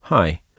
Hi